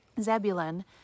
Zebulun